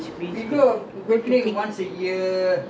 that [one] your whole group lah go as a family